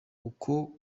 uko